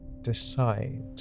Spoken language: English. decide